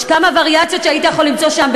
יש כמה וריאציות שהיית יכול למצוא שם,